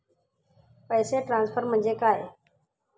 पैसे ट्रान्सफर म्हणजे काय?